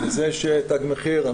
גם לזה יש תג מחיר,